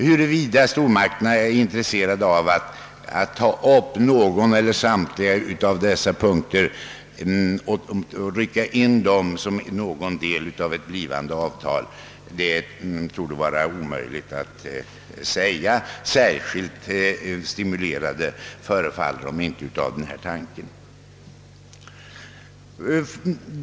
Huruvida stormakterna är intresserade av att ta upp någon av dessa punkter eller samtliga i ett blivande av tal torde vara omöjligt att uttala sig om; särskilt stimulerande förefaller de inte av denna tanke.